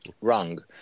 Wrong